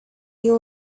you